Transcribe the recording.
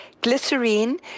glycerine